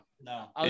no